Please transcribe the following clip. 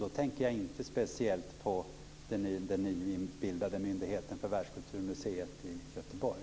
Då tänker jag speciellt på den nybildade myndigheten för Världskulturmuseet i Göteborg.